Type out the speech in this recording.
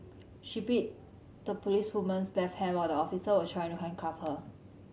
she bit the policewoman's left hand while the officer was trying to handcuff her